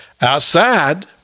outside